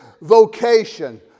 vocation